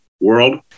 world